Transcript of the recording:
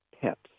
pets